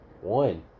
one